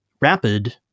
rapid